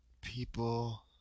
people